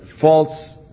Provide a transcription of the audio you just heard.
false